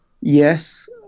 Yes